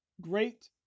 great